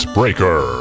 Breaker